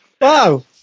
Wow